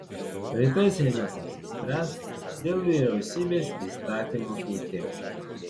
rytoj seimas apsispręs dėl vyriausybės įstatymo keitimo